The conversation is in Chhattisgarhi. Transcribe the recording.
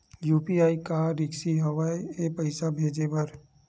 यू.पी.आई का रिसकी हंव ए पईसा भेजे बर?